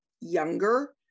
younger